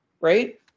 right